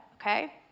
okay